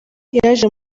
yaje